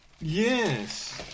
Yes